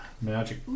Magic